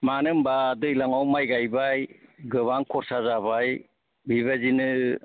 मानो होनब्ला दैज्लांआव माइ गाइबाय गोबां खरसा जाबाय बेबायदिनो